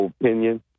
opinion